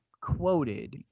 quoted